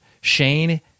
Shane